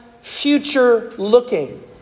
future-looking